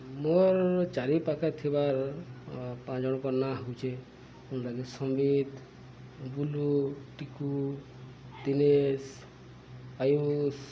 ମୋର ଚାରିପାଖରେ ଥିବାର ପାଞ୍ଚ ଜଣଙ୍କ ନାଁ ହେଉଛି ସମ୍ବିତ ବୁଲୁ ଟିକୁ ଦିନେଶ ଆୟୁଷ